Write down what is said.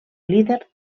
líder